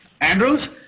Andrews